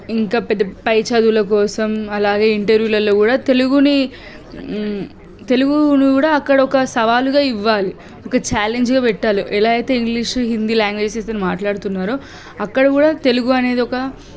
ఇంకా పెద్ద పై చదువులకు కోసం అలాగే ఇంటర్వ్యూలల్లో కూడా కోసం తెలుగుని తెలుగును కూడా అక్కడొక సవాలుగా ఇవ్వాలి ఒక ఛాలెంజ్గా పెట్టాలి ఎలా అయితే ఇంగ్లీషు హిందీ లాంగ్వేజెస్లు మాట్లాడుతున్నారో అక్కడ కూడా తెలుగు అనేది ఒక